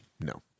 No